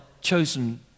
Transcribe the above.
chosen